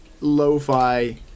lo-fi